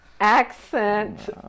Accent